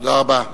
תודה רבה.